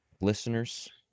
listeners